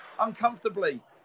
uncomfortably